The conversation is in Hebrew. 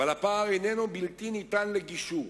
אבל הפער איננו בלתי ניתן לגישור,